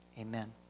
Amen